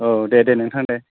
औ दे दे नोंथां दे